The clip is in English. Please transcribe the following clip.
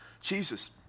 Jesus